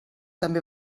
també